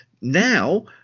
Now